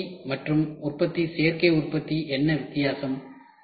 உற்பத்தி உற்பத்தி மற்றும் சேர்க்கை உற்பத்திக்கு என்ன வித்தியாசம்